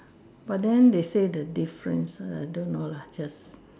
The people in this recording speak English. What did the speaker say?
but then they say the difference so I don't know lah just